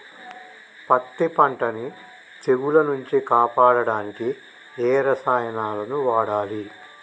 పత్తి పంటని తెగుల నుంచి కాపాడడానికి ఏ రసాయనాలను వాడాలి?